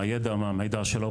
מהידע המידע שלו.